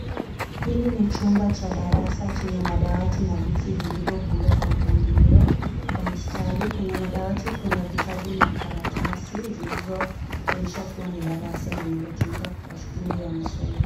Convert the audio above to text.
Hili ni chumba cha darasa chenye madawati na viti vilivyopangwa kwa mpangilio wa mstari. Kwenye madawati kuna vitabu na karatasi zilizoonyeshwa kuwa ni darasa linayotumika kwa shughuli ya masomo.